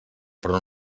però